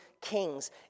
kings